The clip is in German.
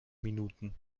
minuten